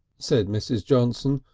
said mrs. johnson.